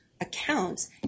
accounts